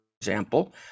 example